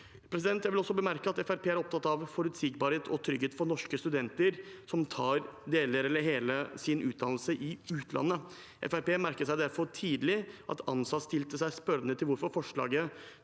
Jeg vil også bemerke at Fremskrittspartiet er opptatt av forutsigbarhet og trygghet for norske studenter som tar deler av eller hele sin utdannelse i utlandet. Fremskrittspartiet merket seg derfor tidlig at ANSA stilte seg spørrende til hvorfor forslaget